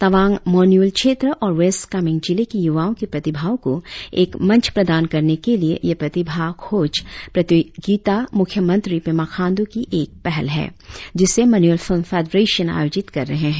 तवांग मॉनयुल क्षेत्र और वेस्ट कामेंग़ जिले के युवाओं की प्रतिभाओं को एक मंच प्रदान करने के लिए यह प्रतिभा खोज प्रतियोगिता मुख्यमंत्री पेमा खाण्डू की एक पहल है जिसे मॉन्युल फिल्म फेडरेशन आयोजित कर रहे है